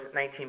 19